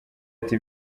ati